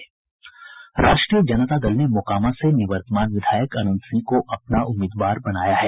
राष्ट्रीय जनता दल ने मोकामा से निवर्तमान विधायक अनन्त सिंह को अपना उम्मीदवार बनाया है